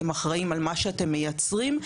אתם אחראים על מה שאתם מייצרים.